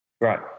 Right